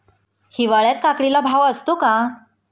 हिवाळ्यात काकडीला भाव असतो का?